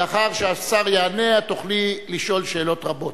לאחר שהשר יענה, את תוכלי לשאול שאלות רבות.